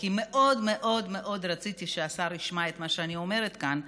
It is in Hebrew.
כי מאוד מאוד מאוד רציתי שהשר ישמע את מה שאני אומרת כאן.